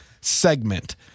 segment